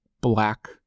black